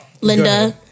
Linda